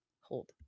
hold